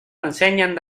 ensenyen